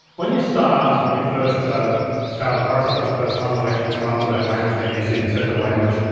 when you start up, when you first power the product up for the first time, it'll actually come up with that language menu so you can set the language.